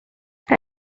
and